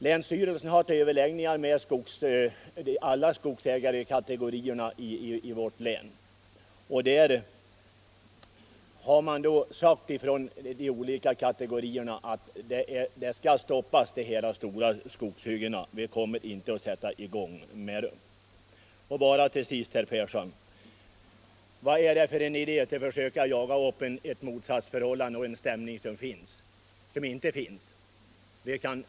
Länsstyrelsen har haft överläggningar med alla skogsägarkategorier i vårt län och de har sagt att de stora kalhyggena skall stoppas. Länsstyrelsen och dessa är överens på den punkten. Till sist, herr Persson: Vad är det för idé att försöka skapa ett motsatsförhållande och jaga upp en stämning som inte finns?